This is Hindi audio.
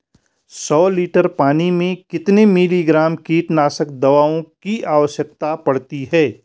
सौ लीटर पानी में कितने मिलीग्राम कीटनाशक दवाओं की आवश्यकता पड़ती है?